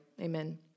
Amen